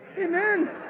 Amen